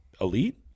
elite